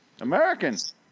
Americans